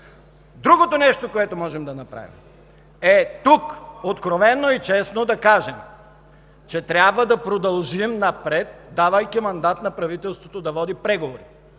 Другото нещо, което можем да направим, е откровено и честно да кажем, че трябва да продължим напред, давайки мандат на правителството да води преговори,